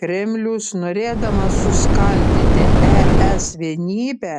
kremlius norėdamas suskaldyti es vienybę